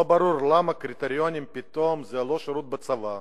לא ברור למה הקריטריונים פתאום הם לא שירות בצבא,